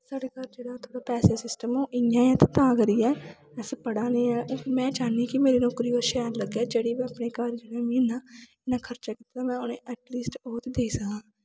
साढ़े घर जेह्ड़ा पैसे दा सिस्टम इ'यां गै ऐ ते तां करियै अस पढ़ा ने ऐं में चाह्न्नीं कि मेरी नौकरी शैल लग्गै जेह्ड़ी मेरा घर में इ'यां में खर्चा कीते दा में ऐट लीस्ट उ'नें गी ओह् ते देई सकां